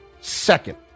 Second